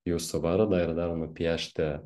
jūsų vardą ir dar nupiešti